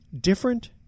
different